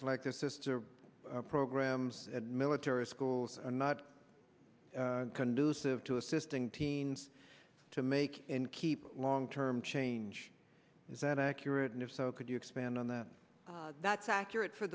like the sister programs military schools are not conducive to assisting teens to make and keep long term change is that accurate and if so could you expand on that that's accurate for